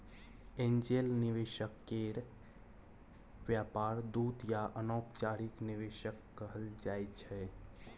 angel निवेशक केर व्यापार दूत या अनौपचारिक निवेशक कहल जाइ छै